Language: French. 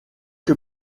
que